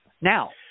Now